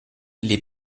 les